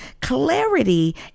Clarity